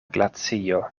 glacio